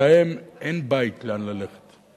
שלהם אין בית ללכת אליו,